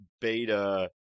beta